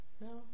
No